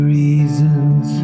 reasons